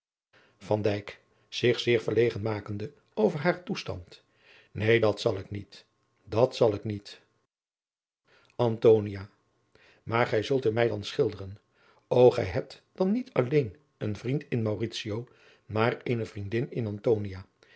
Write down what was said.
verlegen makende over haren toestand neen dat zal ik niet dat zal ik niet antonia maar gij zult hem mij dan schilderen o gij hebt dan niet alleen een vriend in mauritio maar eene vriendin